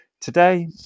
Today